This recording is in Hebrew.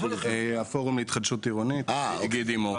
הפורום להתחדשות עירונית גידי מור.